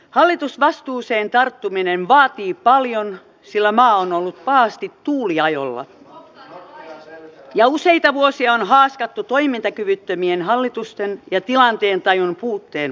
hallitusvastuuseen tarttuminen vaatii paljon sillä maa on ollut pahasti tuuliajolla ja useita vuosia on haaskattu toimintakyvyttömien hallitusten ja tilanteentajun puutteen vuoksi